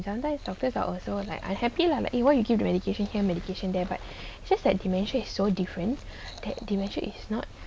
sometimes doctors are also like unhappy lah like you want you keep the medication here medication there but it's just that dementia is so different that dementia is not